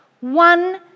One